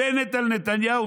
בנט על נתניהו,